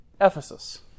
Ephesus